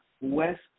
West